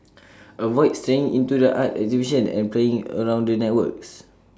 avoid straying into the art exhibitions and playing around the artworks